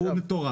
לא.